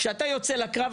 כשאתה יוצא לקרב,